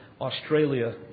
Australia